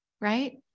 right